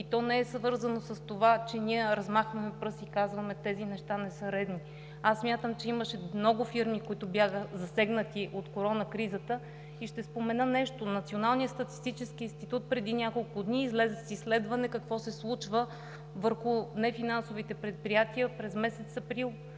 И то не е свързано с това, че ние размахваме пръст и казваме: тези неща не са редни! Аз смятам, че има много фирми, които бяха засегнати от коронакризата, и ще спомена нещо: Националният статистически институт преди няколко дни излезе с изследване какво се случва с нефинансовите предприятия през месец април